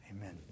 Amen